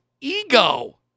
ego